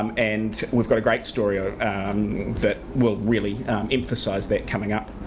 um and we've got a great story ah um that will really emphasis that coming up.